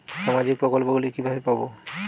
সামাজিক প্রকল্প গুলি কিভাবে পাব?